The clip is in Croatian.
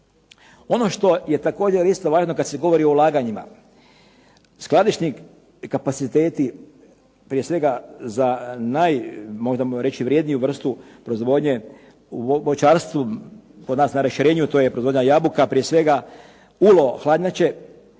Ono što je također isto važno kada se govori o ulaganjima. Skladišni kapaciteti prije svega za najvredniju vrstu proizvodnje u voćarstvu kod na rašireniju, to je proizvodnja jabuka prije svega ulo hladnjače.